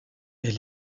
est